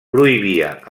prohibia